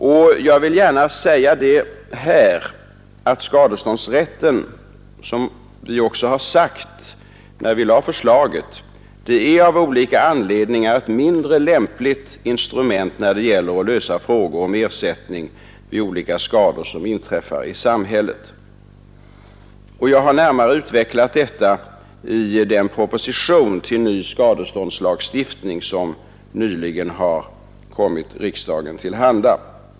Och jag vill gärna säga här, att skadeståndsrätten — som vi också sade när vi lade förslaget — av olika anledningar är ett mindre lämpligt instrument när det gäller att lösa frågan om ersättning vid olika skador som inträffar i samhället. Jag har närmare utvecklat detta i den proposition till ny skadeståndslagstiftning som nyligen har kommit riksdagen till handa.